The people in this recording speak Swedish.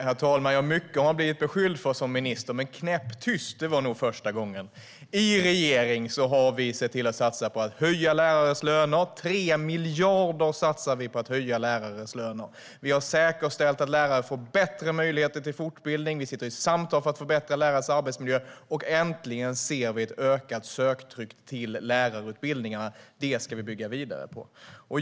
Herr talman! Mycket har jag blivit beskylld för som minister, men knäpptyst var nog första gången. Vi i regeringen har sett till att satsa på att höja lärares löner. 3 miljarder satsar vi på det. Vi har säkerställt att lärare får bättre möjligheter till fortbildning, och vi sitter i samtal för att förbättra lärares arbetsmiljö. Äntligen ser vi ett ökat söktryck på lärarutbildningarna. Det ska vi bygga vidare på.